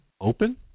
open